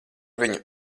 viņu